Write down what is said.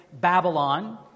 Babylon